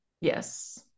Yes